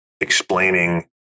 explaining